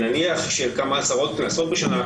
נניח של כמה עשרות קנסות בשנה,